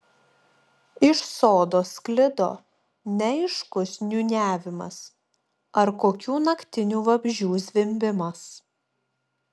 iš sodo sklido neaiškus niūniavimas ar kokių naktinių vabzdžių zvimbimas